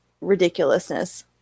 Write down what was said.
ridiculousness